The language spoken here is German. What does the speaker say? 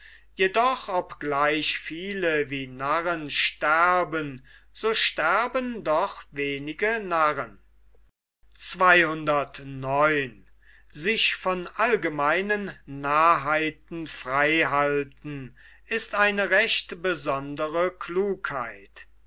jedoch obgleich viele wie narren sterben so sterben doch wenige narren ist eine recht besondre klugheit